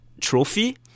Trophy